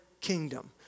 kingdom